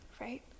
right